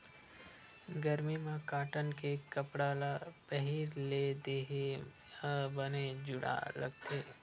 गरमी म कॉटन के कपड़ा ल पहिरे ले देहे ह बने जूड़ लागथे